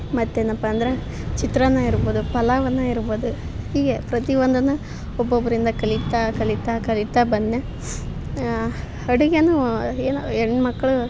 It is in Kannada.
ಮತ್ತೇನಪ್ಪ ಅಂದರೆ ಚಿತ್ರಾನ್ನ ಇರ್ಬೋದು ಪಲಾವನ್ನ ಇರ್ಬೋದು ಹೀಗೆ ಪ್ರತಿಯೊಂದನ್ನ ಒಬ್ಬೊಬ್ಬರಿಂದ ಕಲೀತಾ ಕಲೀತಾ ಕಲೀತಾ ಬಂದ್ನೆ ಅಡುಗೆನು ಏನು ಹೆಣ್ಮಕ್ಕಳು